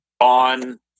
on